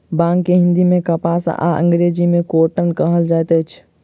बांग के हिंदी मे कपास आ अंग्रेजी मे कौटन कहल जाइत अछि